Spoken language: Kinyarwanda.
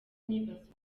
nibaza